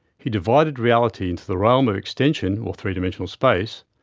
he divided reality into the realm of extension or three dimensional space,